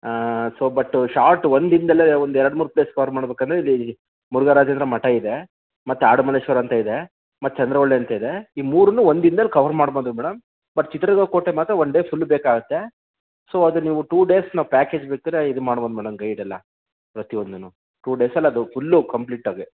so but short ಒಂದು ದಿನದಲ್ಲೇ ಒಂದು ಎರಡು ಮೂರು ಪ್ಲೇಸ್ ಕವರ್ ಮಾಡ್ಬೇಕಂದ್ರೆ ಇಲ್ಲಿ ಮುರುಘರಾಜೇಂದ್ರ ಮಠ ಇದೆ ಮತ್ತು ಆಡುಮಲ್ಲೇಶ್ವರ ಅಂತ ಇದೆ ಮತ್ತು ಚಂದ್ರವಳ್ಳಿ ಅಂತ ಇದೆ ಈ ಮೂರು ಒಂದು ದಿನ್ದಲ್ಲಿ ಕವರ್ ಮಾಡ್ಬೋದು ಮೇಡಂ ಬಟ್ ಚಿತ್ರದುರ್ಗ ಕೋಟೆ ಮಾತ್ರ ಒಂದು ಡೇ ಫುಲ್ ಬೇಕಾಗುತ್ತೆ ಸೊ ಅದು ನೀವು ಟೂ ಡೇಸ್ನ ಪ್ಯಾಕೇಜ್ ಇದು ಮಾಡ್ಬೋದು ಮೇಡಂ ಗೈಡೆಲ್ಲ ಪ್ರತಿಯೊಂದು ಟೂ ಡೇಸಲ್ಲಿ ಅದು ಫುಲ್ಲು ಕಂಪ್ಲೀಟ್ ಆಗಿ